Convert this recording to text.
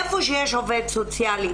איפה שיש עובד סוציאלי,